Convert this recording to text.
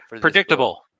Predictable